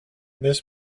this